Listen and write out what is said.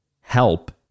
help